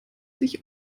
sich